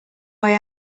way